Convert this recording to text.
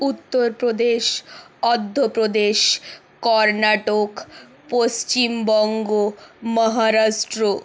Uttar Pradesh Andhra Pradesh Karnataka Paschim Banga Maharashtra